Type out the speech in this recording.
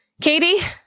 Katie